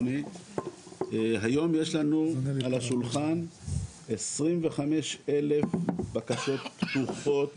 היום יש לנו על השולחן 25,000 בקשות פתוחות